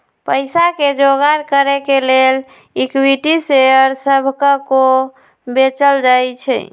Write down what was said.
पईसा के जोगार करे के लेल इक्विटी शेयर सभके को बेचल जाइ छइ